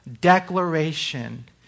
declaration